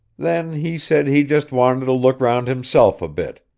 then he said he just wanted to look round himself a bit,